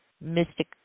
mystic